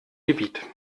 gebiet